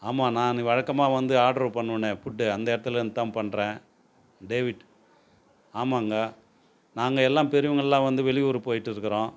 ஆமாம் நான் வழக்கமாக வந்து ஆர்டர் பண்ணுவேனே ஃபுட் அந்த இடத்துலேருந்து தான் பண்ணுறேன் டேவிட் ஆமாங்க நாங்கள் எல்லாம் பெரியவங்ககெல்லாம் வந்து வெளியூர் போய்கிட்டுருக்குறோம்